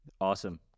awesome